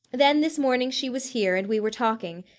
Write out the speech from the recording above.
then this morning she was here, and we were talking,